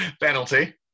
penalty